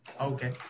okay